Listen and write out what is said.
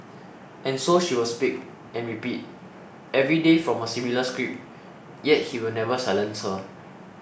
and so she will speak and repeat every day from a similar script yet he will never silence her